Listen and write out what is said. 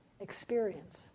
experience